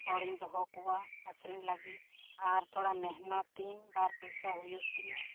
ᱦᱚᱲᱤᱧ ᱫᱚᱦᱚ ᱠᱚᱣᱟ ᱟᱹᱠᱷᱨᱤᱧ ᱞᱟᱹᱜᱤᱫ ᱟᱨ ᱛᱷᱚᱲᱟ ᱢᱮᱦᱱᱚᱛᱟᱹᱧ ᱵᱟᱨ ᱯᱚᱭᱥᱟ ᱦᱩᱭᱩᱜ ᱛᱤᱧᱟᱹ